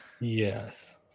Yes